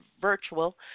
virtual